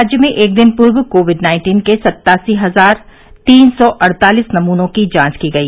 राज्य में एक दिन पूर्व कोविड नाइन्टीन के सत्तासी हजार तीन सौ अड़तालीस नमूनों की जांच की गई